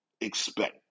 expect